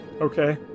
Okay